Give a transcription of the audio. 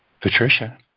Patricia